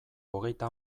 hogeita